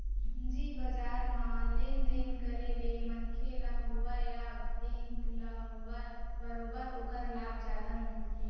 पूंजी बजार म लेन देन करे ले मनसे ल होवय या बेंक ल होवय बरोबर ओखर लाभ जादा मिलथे